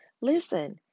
Listen